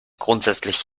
grundsätzlich